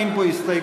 ואין פה הסתייגויות.